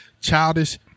childish